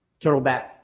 turtleback